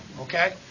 Okay